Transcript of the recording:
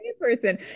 person